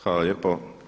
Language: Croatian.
Hvala lijepo.